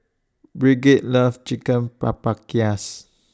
Brigid loves Chicken